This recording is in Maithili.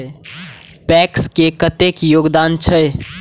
पैक्स के कतेक योगदान छै?